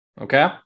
Okay